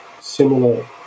similar